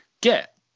get